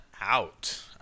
out